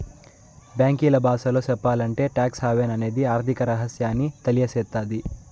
బ్యాంకీల బాసలో సెప్పాలంటే టాక్స్ హావెన్ అనేది ఆర్థిక రహస్యాన్ని తెలియసేత్తది